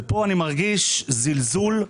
כאן אני מרגיש זלזול.